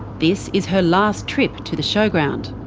this is her last trip to the showground.